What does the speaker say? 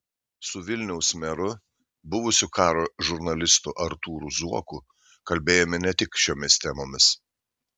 su vilniaus meru buvusiu karo žurnalistu artūru zuoku kalbėjome ne tik šiomis temomis